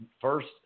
first